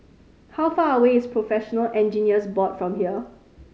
how far away is Professional Engineers Board from here